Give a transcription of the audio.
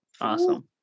Awesome